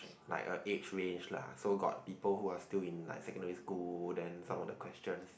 like a age range lah so got people who are like still in like secondary school then some of the questions